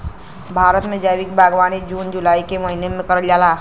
भारत में जैविक बागवानी जून जुलाई के महिना में करल जाला